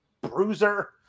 bruiser